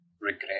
regret